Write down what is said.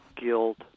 guilt